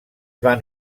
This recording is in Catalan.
van